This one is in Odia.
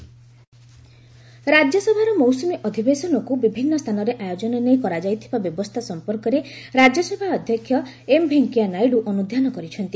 ରାଜ୍ୟସଭା ଚେୟାରମ୍ୟାନ୍ ରାଜ୍ୟସଭାର ମୌସୁମୀ ଅଧିବେଶନକୁ ବିଭିନ୍ନ ସ୍ଥାନରେ ଆୟୋଜନ ନେଇ କରାଯାଇଥିବା ବ୍ୟବସ୍ଥା ସଫପର୍କରେ ରାଜ୍ୟସଭା ଅଧ୍ୟକ୍ଷ ଏମ୍ ଭେଙ୍କିୟାନାଇଡୁ ଅନୁଧ୍ୟାନ କରିଛନ୍ତି